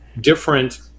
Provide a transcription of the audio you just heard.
different